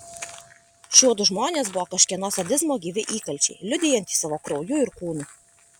šiuodu žmonės buvo kažkieno sadizmo gyvi įkalčiai liudijantys savo krauju ir kūnu